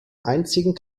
einzigen